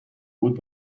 بود